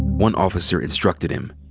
one officer instructed him,